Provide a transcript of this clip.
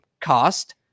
cost